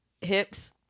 hips